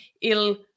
Il